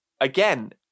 again